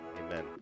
Amen